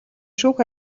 шүүх